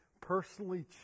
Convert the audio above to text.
personally